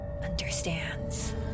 understands